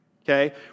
okay